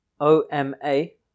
O-M-A